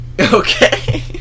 Okay